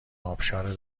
ابشار